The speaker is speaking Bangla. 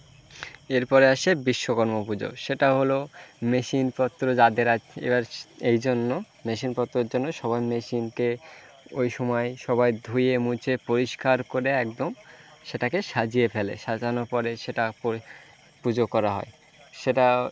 এরপরে আসে বিশ্বকর্মা পুজো সেটা হলো মেশিনপত্র যাদের আ এবার এই জন্য মেশিনপত্রর জন্য সবাই মেশিনকে ওই সময় সবাই ধুয়ে মুছে পরিষ্কার করে একদম সেটাকে সাজিয়ে ফেলে সাজানোর পরে সেটা পরি পুজো করা হয় সেটা